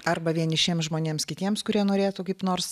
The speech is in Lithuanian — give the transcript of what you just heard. arba vienišiems žmonėms kitiems kurie norėtų kaip nors